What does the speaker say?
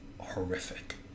horrific